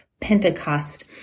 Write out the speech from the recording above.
Pentecost